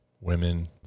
women